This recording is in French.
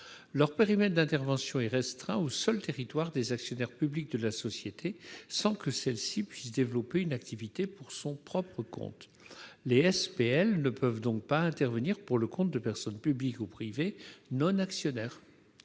Le périmètre d'intervention de ces sociétés est restreint au seul territoire de leurs actionnaires publics, sans que celles-ci puissent développer une activité pour leur propre compte. Les SPL ne peuvent donc pas intervenir pour le compte de personnes publiques ou privées non actionnaires,